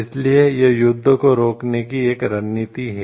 इसलिए यह युद्ध को रोकने की एक रणनीति है